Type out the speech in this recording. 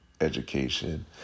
education